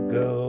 go